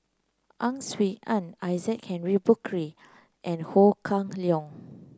Ang Swee Aun Isaac Henry Burkill and Ho Kah Leong